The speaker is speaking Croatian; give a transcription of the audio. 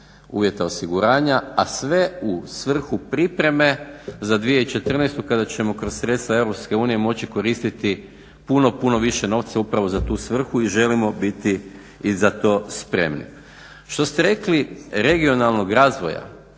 uvjeta osiguranja, a sve u svrhu pripreme za 2014. kada ćemo kroz sredstva EU moći koristiti puno, puno više novca upravo za tu svrhu i želimo biti i za to spremni. Što ste rekli regionalnog razvoja,